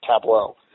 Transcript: tableau